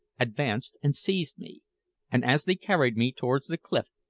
advanced and seized me and as they carried me towards the cliff,